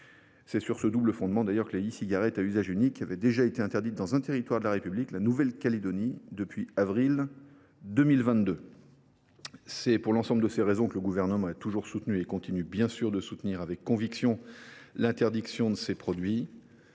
C’est sur ce double fondement que lesdites cigarettes électroniques à usage unique sont déjà interdites sur un territoire de la République, la Nouvelle Calédonie, depuis avril 2022. Pour l’ensemble de ces raisons, le Gouvernement a toujours soutenu et continue de soutenir avec conviction l’interdiction de ces produits.